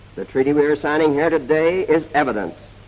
the treaty we are signing here today is evidence,